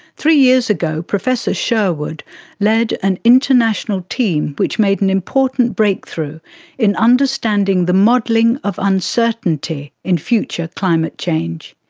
three years ago, professor sherwood led an international team which made an important breakthrough in understanding the modelling of uncertainty in future climate change.